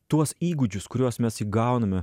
tuos įgūdžius kuriuos mes įgauname